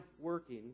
working